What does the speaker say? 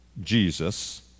Jesus